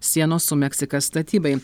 sienos su meksika statybai